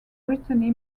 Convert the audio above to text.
britannia